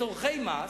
לצורכי מס,